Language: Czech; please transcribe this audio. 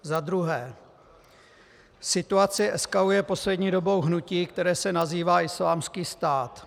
Za druhé, situaci eskaluje poslední dobou hnutí, které se nazývá Islámský stát.